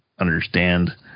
understand